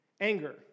Anger